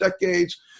decades